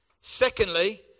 Secondly